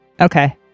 Okay